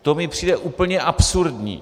To mi přijde úplně absurdní.